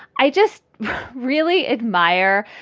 i just really admire,